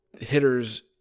hitter's